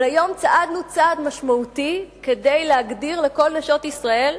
אבל היום צעדנו צעד משמעותי כדי להגדיר לכל נשות ישראל,